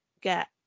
get